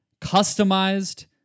customized